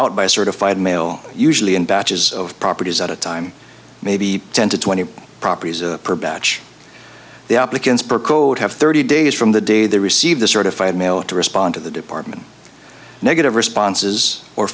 out by certified mail usually in batches of properties at a time maybe ten to twenty properties per batch the applicants per code have thirty days from the day they receive the certified mail to respond to the department negative responses or